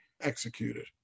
executed